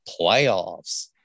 playoffs